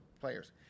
players